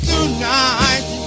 tonight